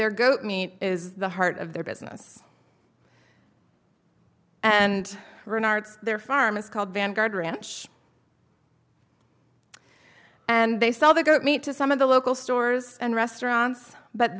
they're goat meat is the heart of their business and renard's their farm is called vanguard ranch and they sell their goat meat to some of the local stores and restaurants but